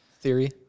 theory